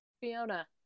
Fiona